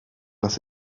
las